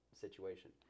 situation